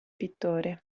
pittore